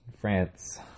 France